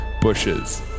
bushes